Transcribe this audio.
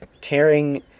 tearing